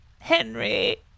Henry